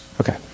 Okay